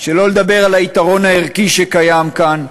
שלא לדבר על היתרון הערכי שקיים כאן,